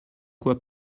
quoi